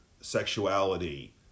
sexuality